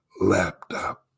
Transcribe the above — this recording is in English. laptop